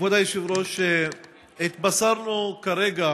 כבוד היושב-ראש, התבשרנו כרגע